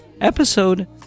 episode